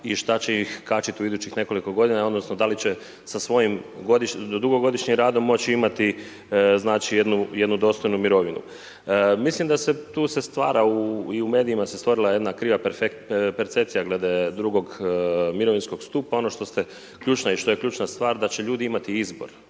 i šta će ih kačit u idućih nekoliko godina, odnosno da li će sa svojim dugogodišnjim radom moći imati jednu dostojnu mirovinu. Mislim da se tu se stvara i u medijima se stvorila jedna kriva percepcija glede drugog mirovinskog stupa, ono što je ključna stvar da će ljudi imati izbor,